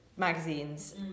magazines